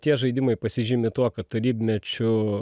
tie žaidimai pasižymi tuo kad tarybmečiu